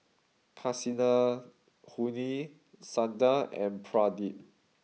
Kasinadhuni Santha and Pradip